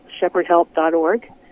shepherdhelp.org